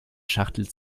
schachtel